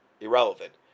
irrelevant